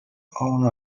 own